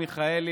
שיקלי,